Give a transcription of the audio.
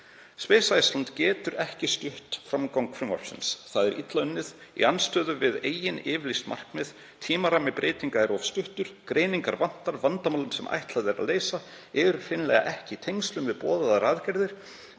Iceland getur ekki stutt framgang frumvarpsins. Það er illa unnið, í andstöðu við eigin yfirlýst markmið, tímarammi breytinga er of stuttur, greiningar vantar, vandamálin sem ætlað er að leysa eru hreinlega ekki í tengslum við boðaðar aðgerðir,